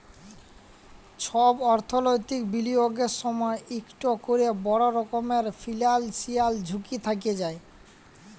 ছব অথ্থলৈতিক বিলিয়গের সময় ইকট ক্যরে বড় রকমের ফিল্যালসিয়াল ঝুঁকি থ্যাকে যায়